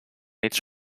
its